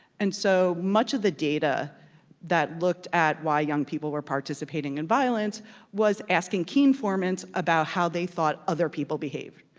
and so much of the data that looked at why young people were participating in violence was asking key informants about how they thought other people behaved,